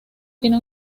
tiene